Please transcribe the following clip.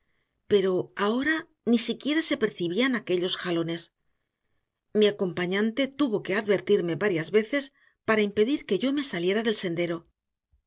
pero ahora ni siquiera se percibían aquellos jalones mi acompañante tuvo que advertirme varias veces para impedir que yo me saliera del sendero